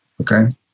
okay